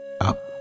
Up